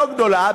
לא גדולה,